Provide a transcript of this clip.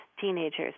teenagers